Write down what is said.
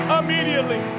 immediately